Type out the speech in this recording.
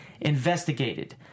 investigated